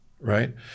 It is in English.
Right